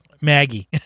Maggie